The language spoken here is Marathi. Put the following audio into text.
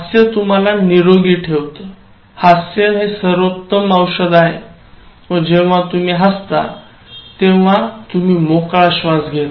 हास्य तुम्हाला निरोगी ठेवतोहास्य हे सर्वोत्तम औषध आहे व जेव्हा तुम्ही हासता तेव्हा तुम्ही मोकळा श्वास घेता